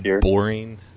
boring